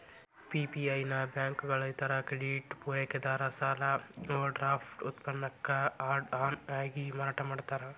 PPI ನ ಬ್ಯಾಂಕುಗಳ ಇತರ ಕ್ರೆಡಿಟ್ ಪೂರೈಕೆದಾರ ಸಾಲ ಓವರ್ಡ್ರಾಫ್ಟ್ ಉತ್ಪನ್ನಕ್ಕ ಆಡ್ ಆನ್ ಆಗಿ ಮಾರಾಟ ಮಾಡ್ತಾರ